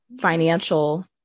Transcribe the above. financial